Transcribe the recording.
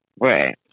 Right